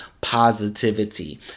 positivity